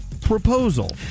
proposal